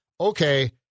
Okay